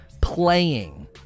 playing